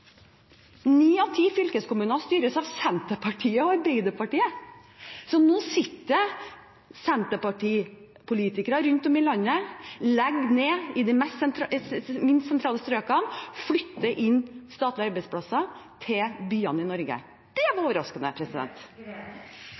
Ni av ti fylkeskommuner styres av Senterpartiet og Arbeiderpartiet. Så nå sitter det Senterparti-politikere rundt om i landet og legger ned i de minst sentrale strøkene, og flytter offentlige arbeidsplasser til byene i Norge. Det var overraskende.